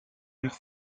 vert